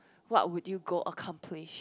what would you go accomplish